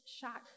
shocked